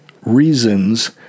reasons